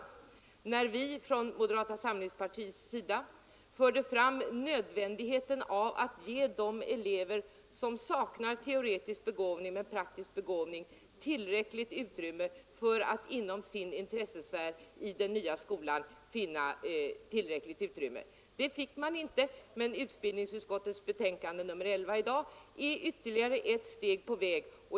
Vi påtalade då från moderata samlingspartiet nödvändigheten av att i den nya skolan ge de elever som saknar teoretisk begåvning men som har praktisk begåvning tillräckligt utrymme för sin intressesfär. Det fick man inte, men utbildningsutskottets betänkande nr 11 i dag är ett steg på väg.